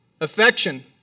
Affection